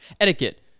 etiquette